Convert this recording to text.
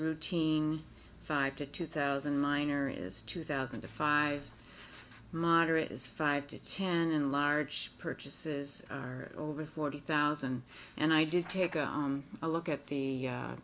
routine five to two thousand minor is two thousand to five moderate is five to ten and large purchases are over forty thousand and i did take a look at